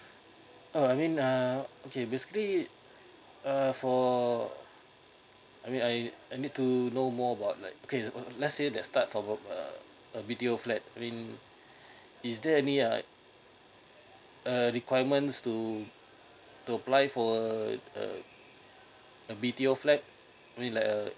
uh I mean uh okay basically err for I mean I I need to know more about like okay uh let's say that start for both uh a B_T_O flat I mean is there any uh err requirements to to apply for a a B_T_O flat only like uh